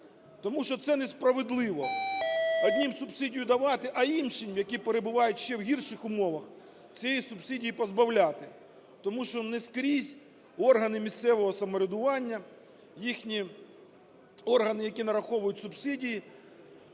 Тому що це несправедливо: одним субсидію давати, а іншим, які перебувають ще в гірших умовах, цієї субсидії позбавляти. Тому що не скрізь органи місцевого самоврядування, їхні органи, які нараховують субсидії,